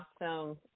Awesome